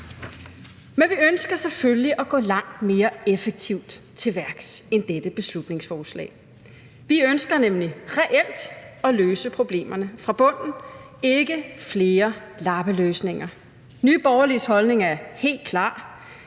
Men vi ønsker selvfølgelig at gå langt mere effektivt til værks end dette beslutningsforslag. Vi ønsker nemlig reelt at løse problemerne fra bunden – ikke flere lappeløsninger. Nye Borgerliges holdning er helt klar: